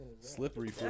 slippery